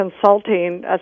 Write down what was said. consulting